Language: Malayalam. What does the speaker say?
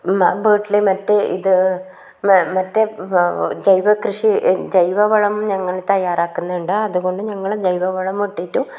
വീട്ടിൽ മറ്റ് ഇത് മറ്റേ ജൈവ കൃഷി ജൈവ വളം ഞങ്ങൾ തയ്യാറാക്കുന്നുണ്ട് അതുകൊണ്ട് ഞങ്ങൾ ജൈവ വളം ഇട്ടിട്ടും